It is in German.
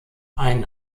ein